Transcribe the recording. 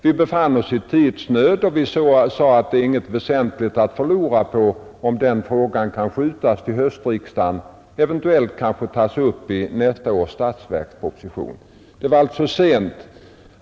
Vi befann oss i tidsnöd och vi ansåg att vi inte förlorade någonting väsentligt på att skjuta på ärendet till höstriksdagen. Eventuellt kan frågan tas upp i nästa års statsverksproposition. Förslaget kom alltså sent.